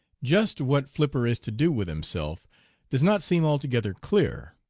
just what flipper is to do with himself does not seem altogether clear.